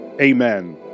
Amen